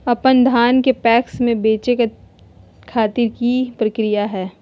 अपन धान के पैक्स मैं बेचे खातिर की प्रक्रिया हय?